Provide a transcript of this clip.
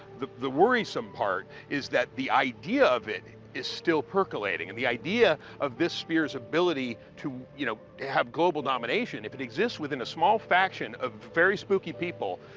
the the worrisome part is that the idea of it is still percolating. and the idea of this spear's ability to, you know, have global domination if it exists within a small faction of very spooky people,